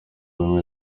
ubumwe